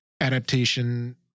adaptation